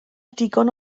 digon